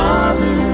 Father